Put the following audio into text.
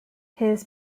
his